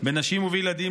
בנשים ובילדים,